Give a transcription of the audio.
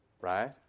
right